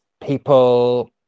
people